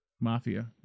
mafia